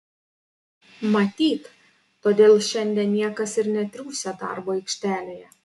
matyt todėl šiandien niekas ir netriūsia darbo aikštelėje